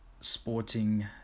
sporting